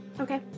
Okay